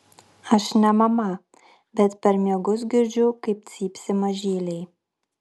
aš ne mama bet per miegus girdžiu kaip cypsi mažyliai